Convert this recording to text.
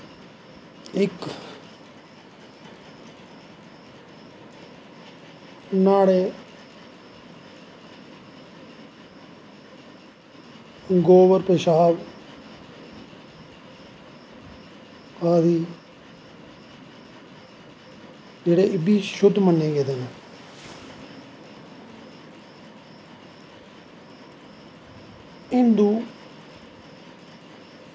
इक न्हाड़े गोवर पेशाव करी जेह्ड़े एह् बी शुद्ध मन्नें गेदे न हिन्दू